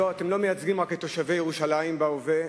אתם מייצגים לא רק את תושבי ירושלים בהווה,